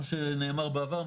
כמו שנאמר בעבר,